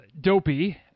Dopey